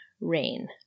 rain